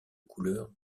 couleurs